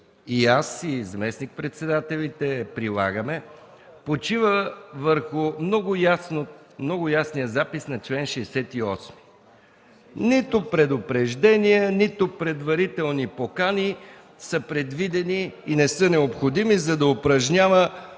и аз, и заместник-председателите я прилагаме – почива върху много ясният запис на чл. 68. Нито предупреждение, нито предварителни покани са предвидени и не са необходими, за да упражнява